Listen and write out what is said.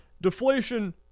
Deflation